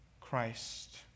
Christ